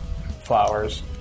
flowers